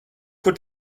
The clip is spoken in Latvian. kur